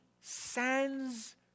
sends